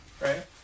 right